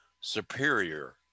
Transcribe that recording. superior